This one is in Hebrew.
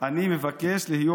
אני מבקש להיות,